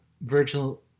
Virgil